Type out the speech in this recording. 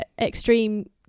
extreme